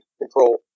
control